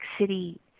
City